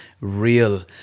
real